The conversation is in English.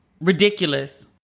Ridiculous